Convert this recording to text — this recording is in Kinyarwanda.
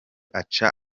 aca